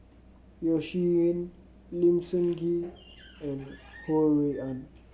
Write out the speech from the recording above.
Yeo Shih Yun Lim Sun Gee and Ho Rui An